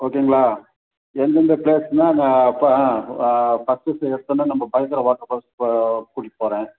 ஓகேங்களா எந்தெந்த ப்ளேஸ்னால் இப்போ ஆ ஃபஸ்ட்டு செலெக்ட் பண்ணால் நம்ம பைக்காரா வாட்டர் ஃபால்ஸ் கூட்டிகிட்டுப் போகிறேன்